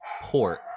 port